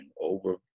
over